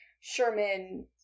Sherman